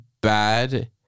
bad